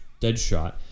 Deadshot